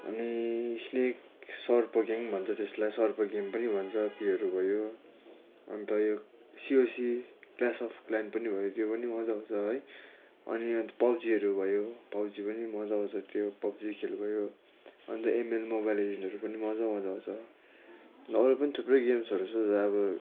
अनि स्नेक सर्प गेम भन्छ त्यसलाई सर्प गेम पनि भन्छ त्योहरू भयो अन्त यो सिओसी क्ल्यास अफ् क्लेन्स पनि त्यो मजा आउँछ है अनि पब्जीहरू भयो पब्जी पनि मजा आउँछ त्यो पब्जी खेल भयो अन्त एम एन मोबाइल एजिनहरू भयो पनि मजा आउँछ अरू पनि थुप्रै गेम्सहरू छ अब